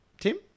Tim